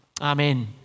Amen